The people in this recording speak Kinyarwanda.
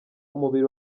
umubiri